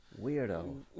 Weirdo